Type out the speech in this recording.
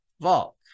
vault